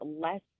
less